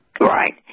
Right